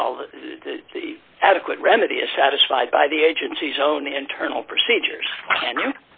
well the adequate remedy is satisfied by the agency's own internal procedures and